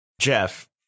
Jeff